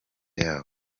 yabo